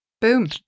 Boom